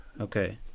Okay